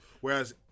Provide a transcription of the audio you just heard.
Whereas